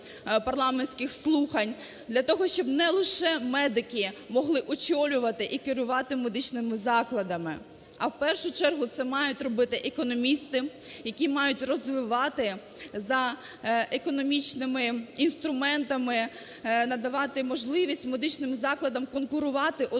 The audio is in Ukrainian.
парламентських слухань для того, щоб не лише медики могли очолювати і керувати медичними закладами, а в першу чергу це мають робити економісти, які мають розвивати за економічними інструментами, надавати можливість медичним закладам конкурувати один